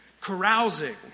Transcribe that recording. carousing